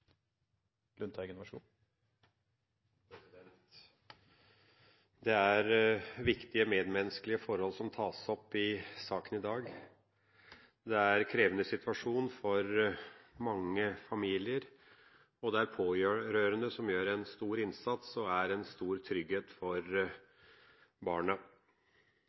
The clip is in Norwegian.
bor i. Det er viktige medmenneskelige forhold som tas opp i saken i dag. Det er en krevende situasjon for mange familier, og pårørende gjør en stor innsats og er en stor trygghet for